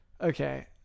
Okay